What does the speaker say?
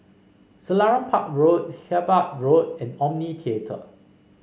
Selarang Park Road Hyderabad Road and Omni Theatre